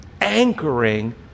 anchoring